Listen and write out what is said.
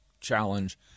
challenge